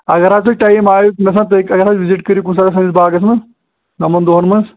اگر حظ تُہۍ ٹایم آیو مےٚ سا تُہۍ اگر حظ وِزِٹ کٔرِو کُنہِ ساتہٕ سٲنِس باغَس منٛز یِمن دۄہَن منٛز